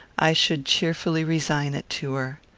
i should cheerfully resign it to her.